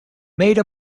made